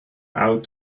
out